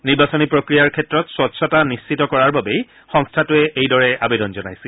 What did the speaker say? নিৰ্বাচনী প্ৰক্ৰিয়াৰ ক্ষেত্ৰত স্বছ্তা নিশ্চিত কৰাৰ বাবেই সংস্থাটোৱে এইদৰে আবেদন জনাইছিল